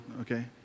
Okay